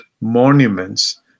monuments